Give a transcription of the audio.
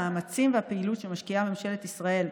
המאמצים והפעילות שמשקיעה ממשלת ישראל,